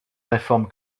réforme